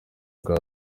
bwa